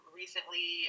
recently